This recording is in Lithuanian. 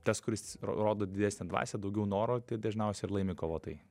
tas kuris ro rodo didesnę dvasią daugiau noro tai dažniausiai ir laimi kovotojai